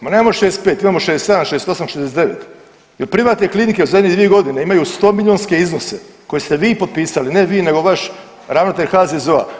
Ma nemamo 65 imamo 67, 68, 69 jer privatne klinike u zadnje 2 godine imaju stomilionske iznose koje ste vi potpisali, ne vi nego vaš ravnatelj HZZO-a.